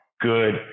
good